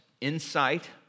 insight